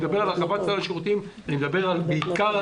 כשאני מדבר על הרחבת סל השירותים אני מדבר בעיקר על